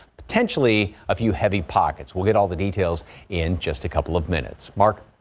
potentially a few heavy pockets will get all the details in just a couple of minutes mark.